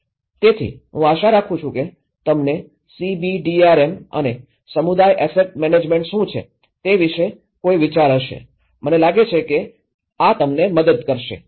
તેથી હું આશા રાખું છું કે તમને સીબીડીઆરએમ અને સમુદાય એસેટ મેનેજમેન્ટ શું છે તે વિશે કોઈ વિચાર હશે મને લાગે છે કે આ તમને મદદ કરશે આભાર